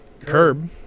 Curb